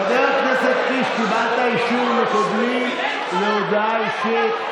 חבר הכנסת קיש, קיבלת אישור מקודמי להודעה אישית.